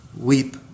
weep